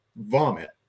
vomit